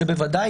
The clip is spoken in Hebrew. זה בוודאי